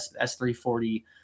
S340